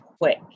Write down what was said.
quick